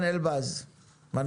הוא פה.